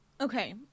Okay